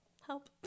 help